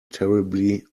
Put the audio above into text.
terribly